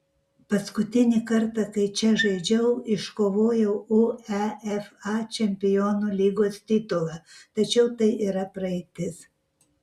paskutinį kartą kai čia žaidžiau iškovojau uefa čempionų lygos titulą tačiau tai yra praeitis